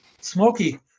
Smoky